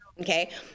okay